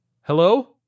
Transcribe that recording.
Hello